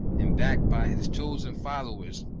and, backed by his chosen followers,